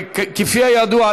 וכפי הידוע,